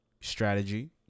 strategy